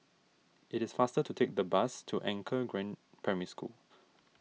it is faster to take the bus to Anchor Green Primary School